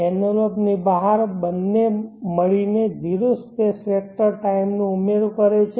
envelope ની બહાર બંને બંને મળીને 0 સ્પેસ વેક્ટર ટાઈમ નો ઉમેરો કરે છે